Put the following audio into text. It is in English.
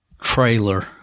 trailer